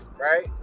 right